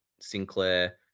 Sinclair